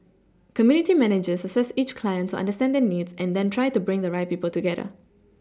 community managers assess each client to understand their needs and then try to bring the right people together